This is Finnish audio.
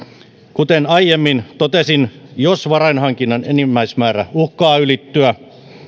kuten aiemmin totesin jos varainhankinnan enimmäismäärä uhkaa ylittyä